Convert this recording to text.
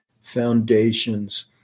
foundations